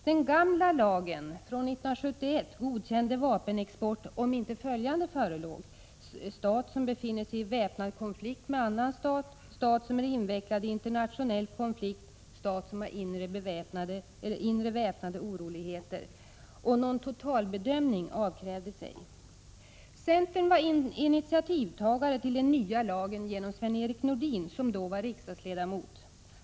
Den gamla lagen från 1971 godkände vapenexport om det inte gällde stat som befinner sig i väpnad konflikt med annan stat, stat som är invecklad i internationell konflikt eller stat som har inre väpnade oroligheter. Någon totalbedömning krävdes ej. Centern var initiativtagare till den nya lagen genom Sven Erik Nordin, som då var riksdagsledamot.